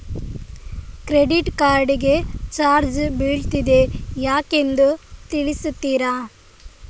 Credit card ಗೆ charge ಬೀಳ್ತಿದೆ ಯಾಕೆಂದು ತಿಳಿಸುತ್ತೀರಾ?